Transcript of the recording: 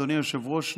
אדוני היושב-ראש,